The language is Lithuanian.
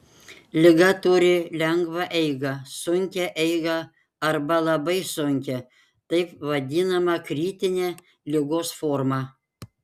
liga turi lengvą eigą sunkią eigą arba labai sunkią taip vadinamą kritinę ligos formą